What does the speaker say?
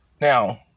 now